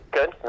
Good